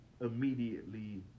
immediately